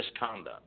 misconduct